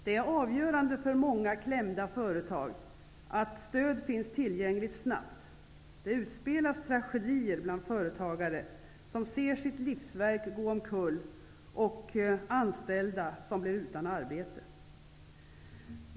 Det är avgörande för många klämda företag att stöd snabbt finns tillgängligt. Det utspelas tragedier bland företagare som ser sitt livsverk gå omkull och anställda bli utan arbete.